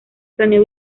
planeó